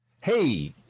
Hey